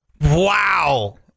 Wow